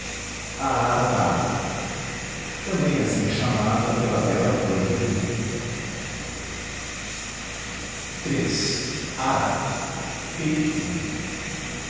d água também assim chamada pela bela cor vermelha iii ará periquito